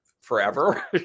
forever